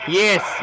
yes